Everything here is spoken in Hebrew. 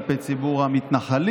כלפי ציבור המתנחלים,